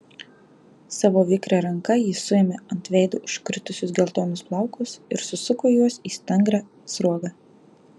savo vikria ranka ji suėmė ant veido užkritusius geltonus plaukus ir susuko juos į stangrią sruogą